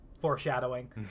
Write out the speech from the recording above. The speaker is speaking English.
foreshadowing